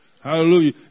Hallelujah